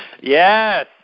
Yes